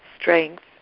strength